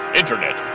internet